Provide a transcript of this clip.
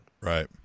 Right